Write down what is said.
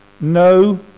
No